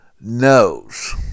knows